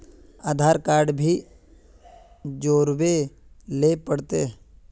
आधार card भी जोरबे ले पड़ते?